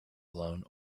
alone